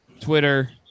Twitter